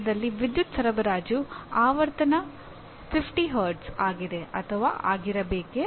ಭಾರತದಲ್ಲಿ ವಿದ್ಯುತ್ ಸರಬರಾಜು ಆವರ್ತನ 50 Hz ಆಗಿದೆ ಅಥವಾ ಆಗಿರಬೇಕೇ